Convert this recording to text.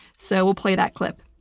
so we'll play that clip.